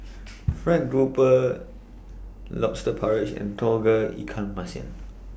Fried Grouper Lobster Porridge and Tauge Ikan Masin